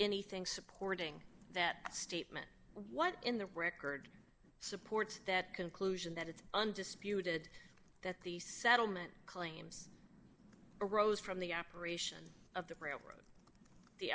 anything supporting that statement what in the record support that conclusion that it's undisputed that the settlement claims arose from the operation of the railroad the